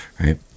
Right